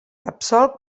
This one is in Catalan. absolc